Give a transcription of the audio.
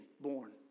born